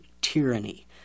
tyranny